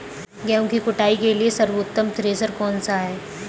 गेहूँ की कुटाई के लिए सर्वोत्तम थ्रेसर कौनसा है?